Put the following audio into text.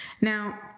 now